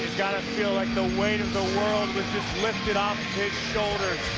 gotta feel like the weight of the world was just lifted off his shoulders.